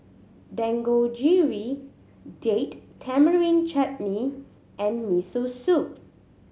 Dangojiru Date Tamarind Chutney and Miso Soup